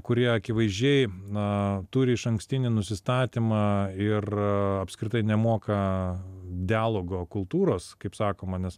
kurie akivaizdžiai na turi išankstinį nusistatymą ir apskritai nemoka dialogo kultūros kaip sakoma nes